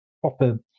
proper